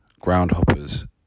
Groundhoppers